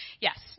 yes